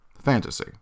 Fantasy